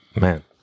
Man